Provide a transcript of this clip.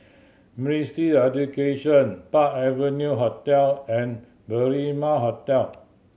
Ministry Education Park Avenue Hotel and Berrima Hotel